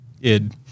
Id